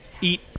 eat